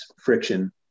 friction